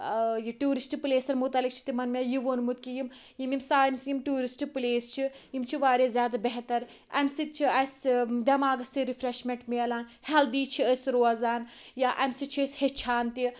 tourist پٕلیسَن مُتعلِق چھ تِمَن مےٚ یہِ وونمُت کہِ یہِ یِم یہِ سانہِ یِم ٹیورسٹ پٕلیس چھِ یِم چھِ واریاہ زیادٕ بہتَر امہ سۭتۍ چھِ اَسہِ دٮ۪ماغَس تہِ رِفریٚشمنٹ میلان ہیٚلدی چھِ أسۍ روزان یا امہ سۭتۍ چھِ أسۍ ہیٚچھان تہِ